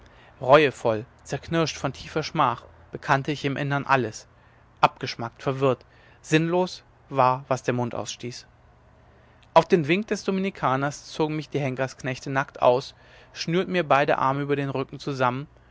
reuevoll zerknirscht von tiefer schmach bekannte ich im innern alles abgeschmackt verwirrt sinnlos war was der mund ausstieß auf den wink des dominikaners zogen mich die henkersknechte nackt aus schnürten mir beide arme über den rücken zusammen